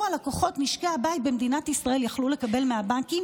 לקוחות משקי הבית במדינת ישראל יכלו לקבל מהבנקים.